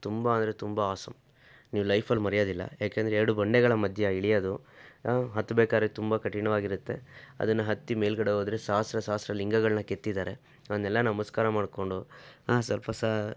ತುಂಬ ಅಂದರೆ ತುಂಬ ಆಸಮ್ ನೀವು ಲೈಫಲ್ಲಿ ಮರೆಯೊದಿಲ್ಲ ಯಾಕೆಂದ್ರೆ ಎರಡು ಬಂಡೆಗಳ ಮಧ್ಯ ಇಳಿಯೋದು ಹತ್ಬೇಕಾರೆ ತುಂಬ ಕಠಿಣವಾಗಿರುತ್ತೆ ಅದನ್ನು ಹತ್ತಿ ಮೇಲ್ಗಡೆ ಹೋದ್ರೆ ಸಹಸ್ರ ಸಹಸ್ರ ಲಿಂಗಗಳನ್ನ ಕೆತ್ತಿದ್ದಾರೆ ಅವನ್ನೆಲ್ಲ ನಮಸ್ಕಾರ ಮಾಡ್ಕೊಂಡು ಸಲ್ಪ ಸ